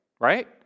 right